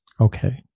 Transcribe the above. Okay